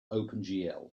opengl